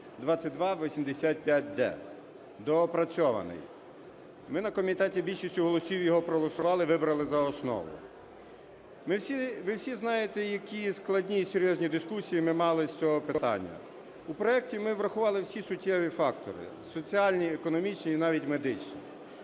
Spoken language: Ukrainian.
(2285-д, доопрацьований). Ми на комітеті більшістю голосів його проголосували і вибрали за основу. Ви всі знаєте, які складні і серйозні дискусії ми мали з цього питання. У проекті ми врахували всі суттєві фактори: соціальні, економічні і навіть медичні.